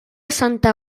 santa